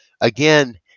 Again